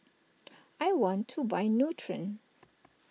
I want to buy Nutren